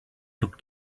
took